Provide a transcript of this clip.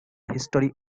history